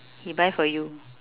he buy for you